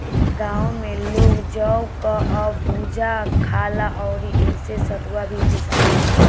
गांव में लोग जौ कअ भुजा खाला अउरी एसे सतुआ भी पिसाला